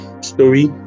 story